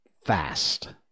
fast